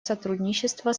сотрудничество